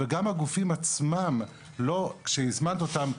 וגם הגופים עצמם כשהזמנת אותם,